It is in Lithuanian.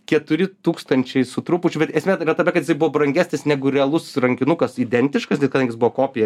keturi tūkstančiai su trupučiu bet esmė tame kad jisai buvo brangesnis negu realus rankinukas identiškas nes kadangi jis buvo kopija